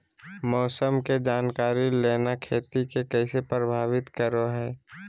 मौसम के जानकारी लेना खेती के कैसे प्रभावित करो है?